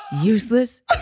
Useless